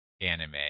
anime